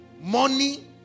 Money